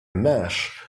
mesh